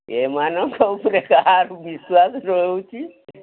ଏମାନଙ୍କ ଉପରେ କାହାକୁ ବିଶ୍ୱାସ ରହୁଛି